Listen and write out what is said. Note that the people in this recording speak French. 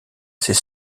sait